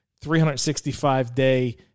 365-day